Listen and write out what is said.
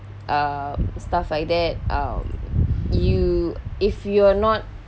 uh stuff like that um you if you are not